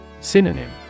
Synonym